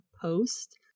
post